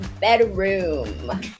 bedroom